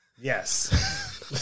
Yes